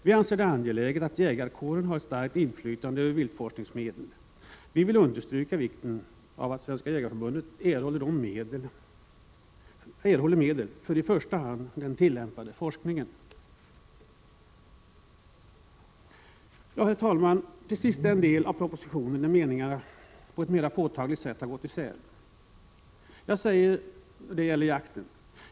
Vi anser det angeläget att jägarkåren har ett starkt inflytande över viltforskningsmedel. Vi vill understryka vikten av att Svenska jägarförbundet erhåller medel för i första hand den tillämpade viltforskningen. Herr talman! Till sist till den del av propositionen där meningarna på ett mera påtagligt sätt går isär. Det gäller jakten.